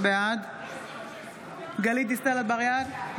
בעד גלית דיסטל אטבריאן,